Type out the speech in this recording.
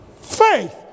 Faith